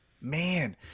Man